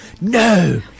no